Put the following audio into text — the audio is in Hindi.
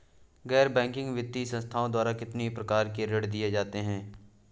गैर बैंकिंग वित्तीय संस्थाओं द्वारा कितनी प्रकार के ऋण दिए जाते हैं?